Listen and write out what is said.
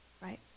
right